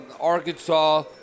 Arkansas